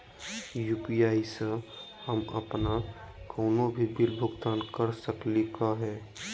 UPI स हम अप्पन कोनो भी बिल भुगतान कर सकली का हे?